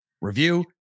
Review